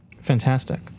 fantastic